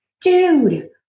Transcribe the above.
dude